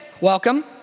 welcome